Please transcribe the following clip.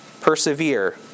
Persevere